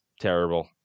terrible